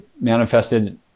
manifested